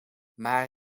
maar